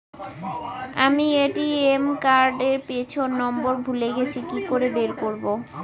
আমি ATM card এর PIN নম্বর ভুলে গেছি কি করে বের করব?